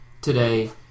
today